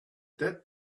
that